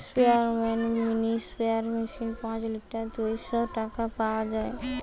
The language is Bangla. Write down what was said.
স্পেয়ারম্যান মিনি স্প্রেয়ার মেশিন পাঁচ লিটার দুইশ টাকায় পাওয়া যায়